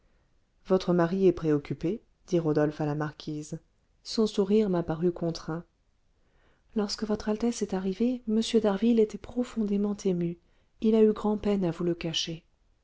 votre mari est préoccupé dit rodolphe à la marquise son sourire m'a paru contraint lorsque votre altesse est arrivée m d'harville était profondément ému il a eu grand-peine à vous le cacher